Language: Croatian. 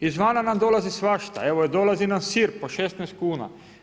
Izvana nam dolazi svašta, evo dolazi nam sir po 16 kuna.